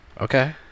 Okay